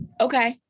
Okay